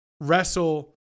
wrestle